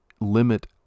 limit